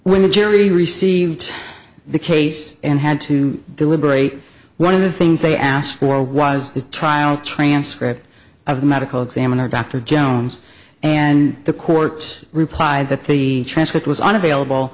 when the jury received the case and had to deliberate one of the things they asked for was the trial transcript of the medical examiner dr jones and the court replied that the transcript was unavailable